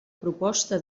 proposta